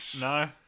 No